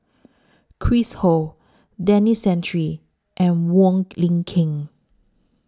Chris Ho Denis Santry and Wong Lin Ken